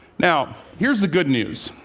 now, here's the good news.